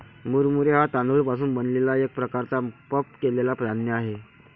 मुरमुरे हा तांदूळ पासून बनलेला एक प्रकारचा पफ केलेला धान्य आहे